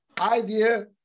idea